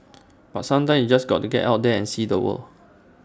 but sometimes you've just got to get out there and see the world